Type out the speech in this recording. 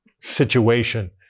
situation